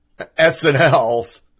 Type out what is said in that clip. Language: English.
SNL's